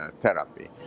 therapy